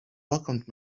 welcomed